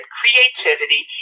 creativity